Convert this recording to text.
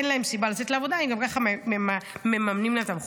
אין להם סיבה לצאת לעבודה אם גם ככה מממנים להם את המעון.